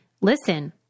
listen